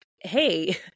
hey